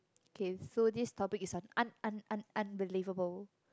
K so this topic is on un~ un~ un~ unbelievable